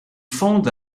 fondent